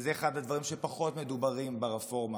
וזה אחד הדברים שפחות מדוברים ברפורמה,